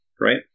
right